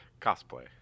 cosplay